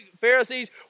Pharisees